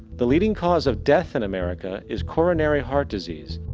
the leading cause of death in america is coronary heart disease,